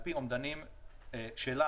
על פי אומדנים שלה,